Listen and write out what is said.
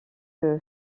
que